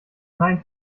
nein